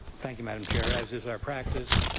thank you, madam chair. as is our practice,